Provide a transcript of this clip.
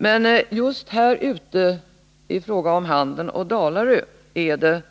När det gäller Handen och Dalarö är det